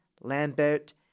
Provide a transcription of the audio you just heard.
Lambert